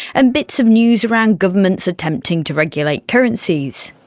and bits of news around governments attempting to regulate currencies.